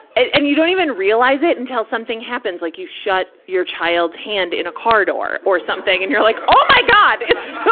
and you don't even realize it until something happens. like you shut your child's hand in a car door or something. and you're like, oh my god! it's so